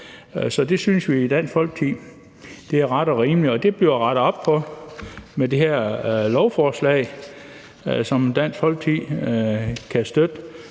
Det synes vi i Dansk Folkeparti er ret og rimeligt, og det bliver der rettet op på med det her lovforslag, som Dansk Folkeparti kan støtte.